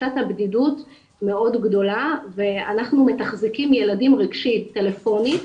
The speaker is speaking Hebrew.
תחושת הבדידות מאוד גדולה ואנחנו מתחזקים ילדים רגשית טלפונית.